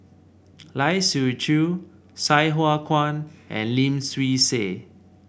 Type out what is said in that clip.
Lai Siu Chiu Sai Hua Kuan and Lim Swee Say